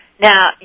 Now